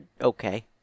okay